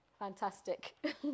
Fantastic